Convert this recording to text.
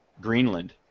Greenland